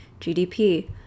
GDP